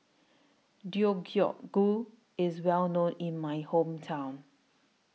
Deodeok Gu IS Well known in My Hometown